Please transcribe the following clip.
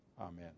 amen